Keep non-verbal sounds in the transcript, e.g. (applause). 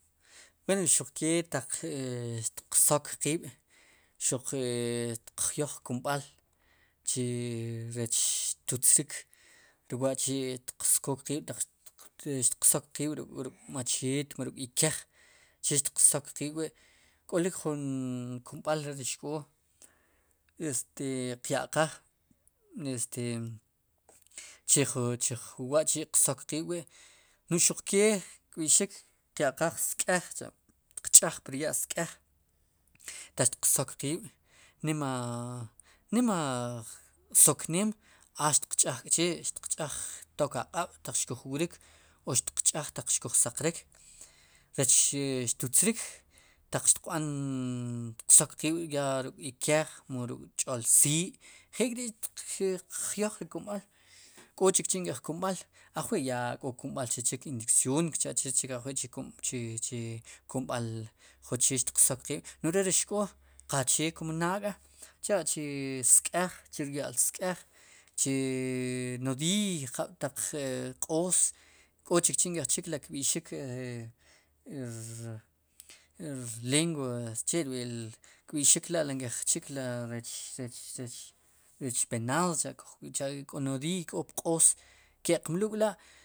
Wen xuq ke taq i xtiq zok qiib' xuq xtiq jyoj kumb'al chi rech tutz rik ri wa'chi' xtiq skook qiib' xtiq sok qiib' ruk' macheet o ruk ikej che xtiq sok qiib'wi' k'olik jun kumb'al re ri xk'oo este qya'qaaj chiju chiju (hesitation) wa'chi' qsok qiib'wi' no'j xuqkee kb'i'xik qya'qaaj sk'ej cha'xtiq ch'aj pur ya'l sk'ej taq xtiq sok qiib' nima. nimaj (hesitation) sokneem a xtiq ch'aj k'chi' xtiq ch'aj taq tok aq'ab' xkuj wrik xtiq ch'aj ataq xkuj saqrik rech xtutz rik taq xtiqb'an xtiq sok qiib' tla'ruk' ikej mu chu tch'olsii' njelk'ri xtiq jyoj ri kumb'al k'ochik chi' nk'ej kumb'al ajwi' ya kchri kumb'al chichik inyeccioon kchach re chik ajwi' chi chi (hesitation) kumb'al che xtiq sook qiib'no'j re ri xk'oo qachee kun naad k'a cha'chi sk'ej rya'lskéj chii nodiiy jab'taq q'oos k'chikchi' nk'ej chik kb'i'xik rlengua che rb'i'lo kb'i'xik la'li nk'ej chik rech rech rech (hesitation) b'enado cha' kujcha k'o nodiiy k'o pq'oos ke'q mlu'l k'la'.